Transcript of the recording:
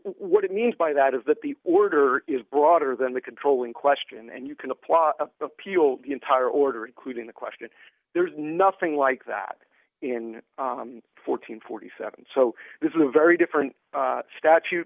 what it means by that is that the order is broader than the control in question and you can apply a peel the entire order including the question there's nothing like that in four hundred and forty seven so this is a very different statute